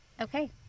Okay